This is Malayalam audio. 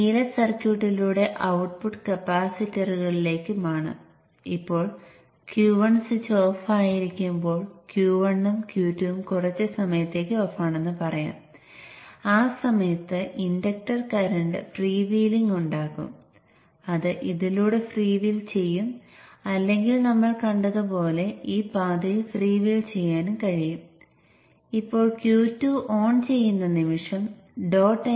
നോൺ ഡോട്ട് എൻഡ് പോസിറ്റീവ് ആയി വരുന്നു ഡോട്ട് എൻഡ് സംബന്ധിച്ച് അത് കൂടുതൽ പോസിറ്റീവ് ആണ്